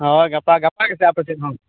ᱦᱳᱭ ᱜᱟᱯᱟ ᱜᱟᱯᱟ ᱜᱮᱛᱚ ᱟᱯᱮᱥᱮᱫ ᱦᱚᱸ